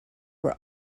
were